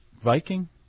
Viking